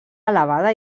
elevada